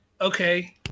Okay